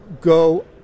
go